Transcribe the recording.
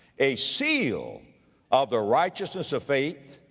a seal of the righteousness of faith,